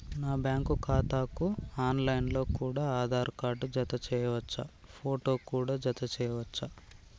నా బ్యాంకు ఖాతాకు online లో కూడా ఆధార్ కార్డు జత చేయవచ్చా ఫోటో కూడా జత చేయాలా?